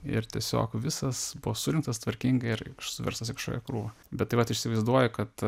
ir tiesiog visos buvo surinktas tvarkingai ir suverstas į kažkokią krūvą bet tai vat įsivaizduoji kad